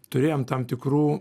turėjom tam tikrų